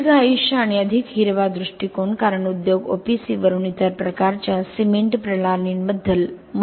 दीर्घ आयुष्य आणि अधिक हिरवा दृष्टीकोन कारण उद्योग OPC वरून इतर प्रकारच्या सिमेंट प्रणालींमध्ये बदलत आहेत